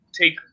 take –